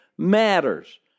Matters